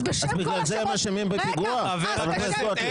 אז בגלל זה הם אשמים בפיגוע, חברת הכנסת גוטליב?